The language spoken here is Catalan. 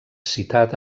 citat